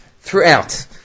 throughout